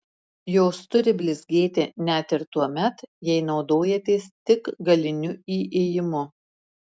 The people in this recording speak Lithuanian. jos turi blizgėti net ir tuomet jei naudojatės tik galiniu įėjimu